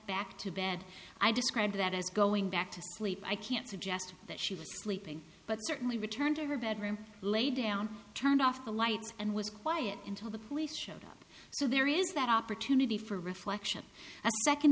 back to bed i described that as going back to sleep i can suggest that she was sleeping but certainly returned to her bedroom lay down turned off the lights and was quiet until the police showed up so there is that opportunity for reflection